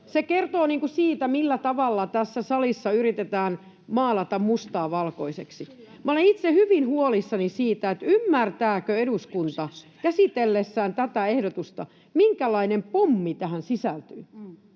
Se kertoo siitä, millä tavalla tässä salissa yritetään maalata mustaa valkoiseksi. Minä olen itse hyvin huolissani siitä, ymmärtääkö eduskunta käsitellessään tätä ehdotusta, minkälainen pommi tähän sisältyy.